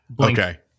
okay